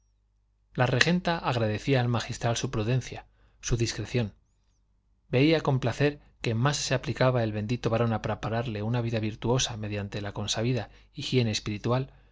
la regenta agradecía al magistral su prudencia su discreción veía con placer que más se aplicaba el bendito varón a prepararle una vida virtuosa mediante la consabida higiene espiritual